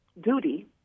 duty